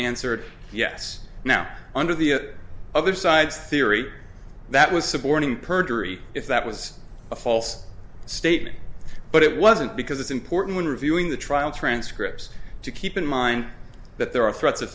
answered yes now under the other side's theory that was suborning perjury if that was a false statement but it wasn't because it's important when reviewing the trial transcripts to keep in mind that there are threats